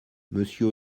monsieur